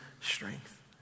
strength